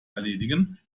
erledigen